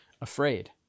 afraid